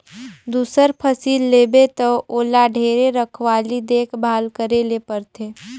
दूसर फसिल लेबे त ओला ढेरे रखवाली देख भाल करे ले परथे